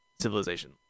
civilization